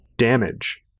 Damage